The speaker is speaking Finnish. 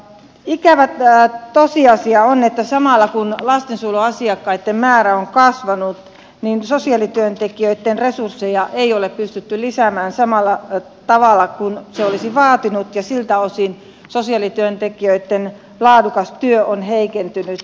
ikävä tosiasia on että samalla kun lastensuojeluasiakkaitten määrä on kasvanut niin sosiaalityöntekijöitten resursseja ei ole pystytty lisäämään samalla tavalla kuin se olisi vaatinut ja siltä osin sosiaalityöntekijöitten laadukas työ on heikentynyt